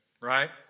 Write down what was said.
right